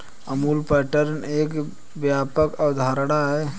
Amul pattern एक व्यापक अवधारणा है